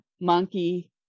monkey